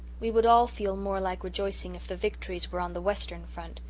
we would all feel more like rejoicing if the victories were on the western front.